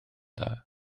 dda